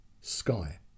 Sky